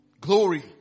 Glory